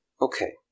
Okay